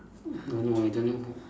don't know I don't know who